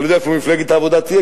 אני לא יודע איפה מפלגת העבודה תהיה,